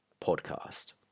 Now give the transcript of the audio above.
podcast